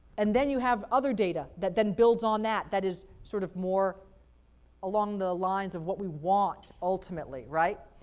and then you have other data that then builds on that that is sort of more along the lines of what we want ultimately, right?